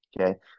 okay